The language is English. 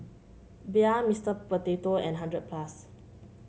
Bia Mister Potato and hundred plus